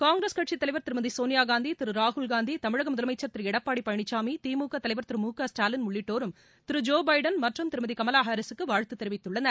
காங்கிரஸ் கட்சித் தலைவர் திருமதி சோனியாகாந்தி திரு ராகுல் காந்தி தமிழக முதலமைச்சர் திரு எடப்பாடி பழனிசாமி திமுக தலைவர் திரு மு க ஸ்டாலின் உள்ளிட்டோரும் திரு ஜோ பைடன் மற்றும் திருமதி கமலா ஹாரிஸுக்கு வாழ்த்து தெரிவித்துள்ளனர்